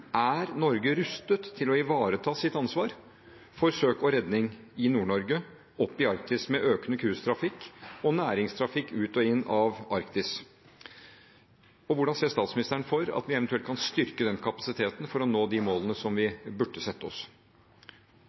Er Norge rustet til å ivareta sitt ansvar for søk og redning i Nord-Norge, i Arktis – med økende cruisetrafikk og næringstrafikk ut og inn av Arktis? Hvordan ser statsministeren for seg at vi eventuelt kan styrke den kapasiteten for å nå de målene som vi burde sette oss?